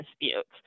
disputes